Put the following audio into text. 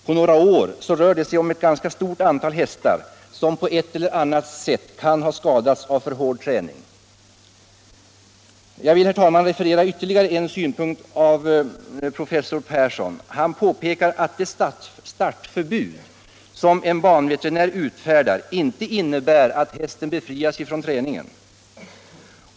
På några år rör det sig om ett ganska stort antal hästar som på ett eller annat sätt kan ha skadats av för hård träning. Jag vill, herr talman, referera ytterligare en synpunkt av professor Persson. Han påpekar att det startförbud som en banveterinär utfärdat inte innebär att hästen befrias från träningen.